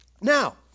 Now